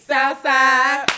Southside